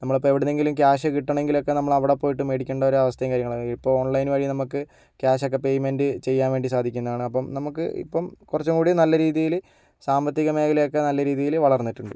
നമ്മൾ ഇപ്പം എവിടെ നിന്നെങ്കിലും ക്യാഷ് കിട്ടണമെങ്കിലൊക്കെ നമ്മൾ അവിടെ പോയിട്ട് മേടിക്കേണ്ട ഒരു അവസ്ഥയും കാര്യങ്ങളൊക്കെ ഇപ്പോൾ ഓൺലൈൻ വഴി നമുക്ക് ക്യാഷൊക്കെ പേയ്മെൻ്റ് ചെയ്യാൻവേണ്ടി സാധിക്കുന്നതാണ് അപ്പം നമുക്ക് ഇപ്പം കുറച്ചും കൂടി നല്ല രീതിയിൽ സാമ്പത്തിക മേഖലയൊക്കെ നല്ല രീതിയിൽ വളർന്നിട്ടുണ്ട്